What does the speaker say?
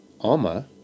Alma